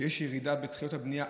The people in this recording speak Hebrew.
שיש ירידה בהתחלות הבנייה,